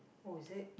oh is it